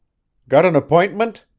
got an appointment?